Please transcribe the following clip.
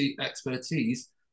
expertise